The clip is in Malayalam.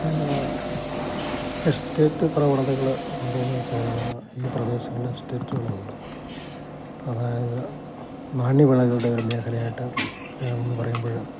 പിന്നെ എസ്റ്റേറ്റ് പ്രവണതകളുണ്ടോയെന്ന് ചോദിച്ചുകഴിഞ്ഞാല് ഈ പ്രദേശങ്ങളില് എസ്റ്റേറ്റുകളുണ്ട് അതായത് നാണ്യവിളകളുടെയൊരു മേഖലയായിട്ടെന്ന് പറയുമ്പോള്